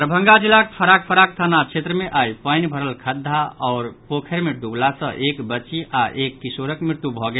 दरभंगा जिलाक फराक फराक थाना क्षेत्र मे आइ पानि भरल खद्दा आओर पोखरि मे डुवला सँ एक वच्ची आओर एक किशोरक मृत्यु भऽ गेल